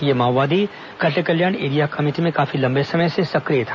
यह माओवादी Katekalyan area committee में काफी लंबे समय से सक्रिय था